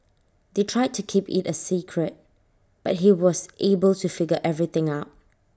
they tried to keep IT A secret but he was able to figure everything out